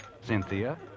Cynthia